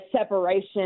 separation